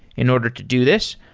in order to do this,